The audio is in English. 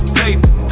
paper